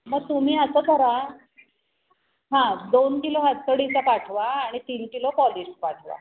मग तुम्ही असं करा हां दोन किलो हतसडीचा पाठवा आणि तीन किलो पॉलिश पाठवा